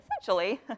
essentially